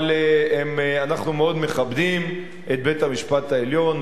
אבל אנחנו מאוד מכבדים את בית-המשפט העליון,